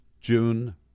June